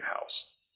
House